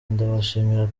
ndabashimira